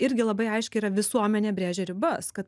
irgi labai aiškiai yra visuomenė brėžia ribas kad